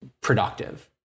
productive